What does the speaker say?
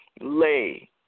lay